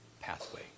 pathway